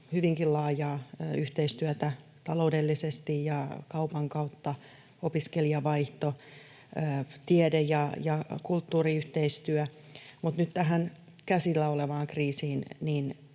hyvinkin laajaa yhteistyötä taloudellisesti ja kaupan kautta, opiskelijavaihtoa, tiede- ja kulttuuriyhteistyötä. Mutta nyt tähän käsillä olevaan kriisiin: